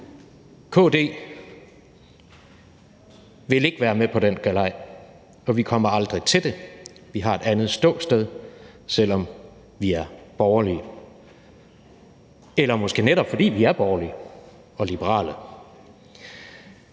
KD vil ikke være med på den galej, og vi kommer aldrig til det. Vi har et andet ståsted, selv om vi er borgerlige, eller måske netop fordi vi er borgerlige og liberale.